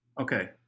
Okay